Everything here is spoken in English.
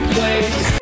Place